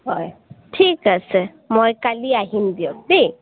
হয় ঠিক আছে মই কালি আহিম দিয়ক দেই